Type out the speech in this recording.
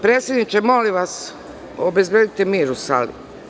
Predsedniče, molim vas, obezbedite mir u sali.